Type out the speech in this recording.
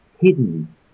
Hidden